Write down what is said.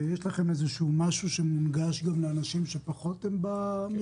ויש לכם משהו שמונגש גם לאנשים שהם פחות במרשתת?